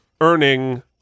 earning